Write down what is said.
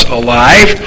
alive